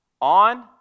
On